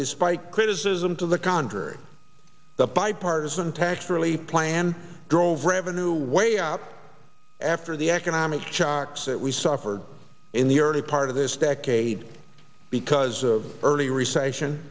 despite criticism to the contrary the bipartisan tax relief plan drove revenue way out after the economic shocks that we suffered in the early part of this decade because of early recession